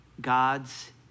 God's